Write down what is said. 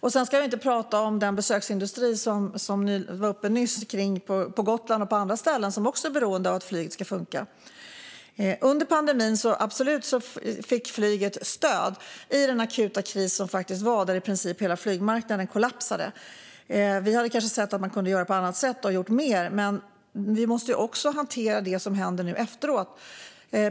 Låt oss inte heller glömma besöksindustrin på Gotland och andra ställen som också är beroende av att flyget funkar. Under pandemin fick flyget stöd. Det var ju en akut kris då i princip hela flygmarknaden kollapsade. Vi ville göra annorlunda och mer, men nu måste det som händer nu hanteras.